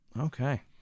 Okay